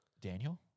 Daniel